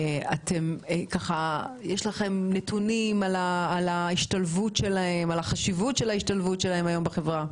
יש לכם נתונים על ההשתלבות שלהם ועל חשיבות ההשתלבות שלהם בחברה?